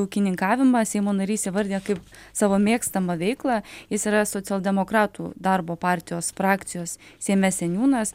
ūkininkavimą seimo narys įvardija kaip savo mėgstamą veiklą jis yra socialdemokratų darbo partijos frakcijos seime seniūnas